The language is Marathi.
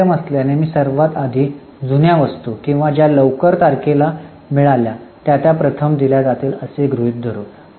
पाच आयटम असल्याने मी सर्वात आधी जुन्या वस्तू किंवा ज्या लवकर तारखेला मिळाल्या त्या त्या प्रथम दिल्या जातील असे गृहित धरु